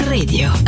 Radio